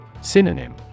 Synonym